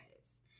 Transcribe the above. guys